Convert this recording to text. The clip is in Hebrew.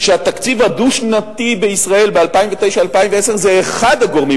שהתקציב הדו-שנתי בישראל בשנים 2009 2010 זה אחד הגורמים,